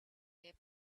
they